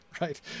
right